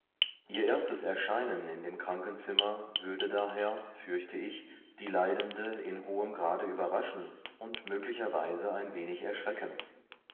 ihr erstes erscheinen in dem krankenzimmer würde daher fürchte ich die leidende in hohem grade überraschen und möglicherweise ein wenigerschrecken